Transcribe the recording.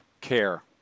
Care